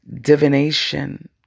divination